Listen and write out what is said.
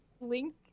link